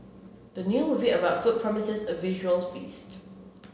the new movie about food promises a visual feast